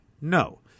no